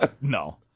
No